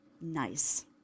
nice